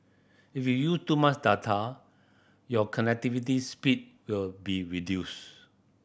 if you use too much data your connectivity speed will be reduced